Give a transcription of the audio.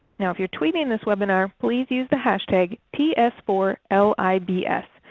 if you are tweeting this webinar please use the hashtag t s four l i b s.